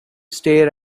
stay